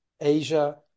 Asia